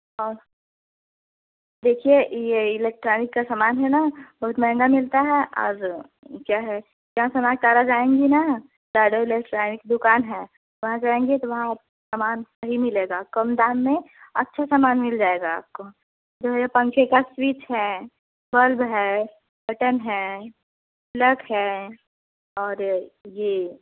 हाँ देखिए यह इलेक्ट्रॉनिक का सामान है ना बहुत महंगा मिलता है और क्या है यहाँ से हमारा कारा जाएँगे ना शाहू इलेक्ट्रॉनिक दुकान है वहाँ जाएँगे तो वहाँ सामान सही मिलेगा कम दाम में अच्छा सामान मिल जाएगा आपको जैसे पंखे का स्विच है बल्ब है बटन है प्लग है और यह